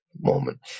Moment